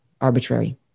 arbitrary